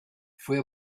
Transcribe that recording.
fue